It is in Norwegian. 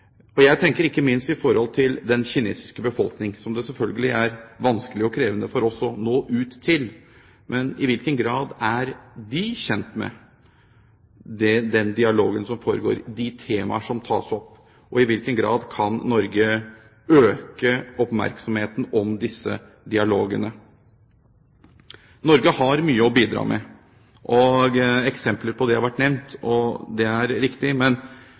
Jeg tenker ikke minst på den kinesiske befolkning, som det selvfølgelig er vanskelig og krevende for oss å nå ut til. I hvilken grad er de kjent med den dialogen som foregår, de temaer som tas opp? Og i hvilken grad kan Norge øke oppmerksomheten på disse dialogene? Norge har mye å bidra med. Eksempler på det har vært nevnt. Det er riktig.